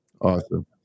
awesome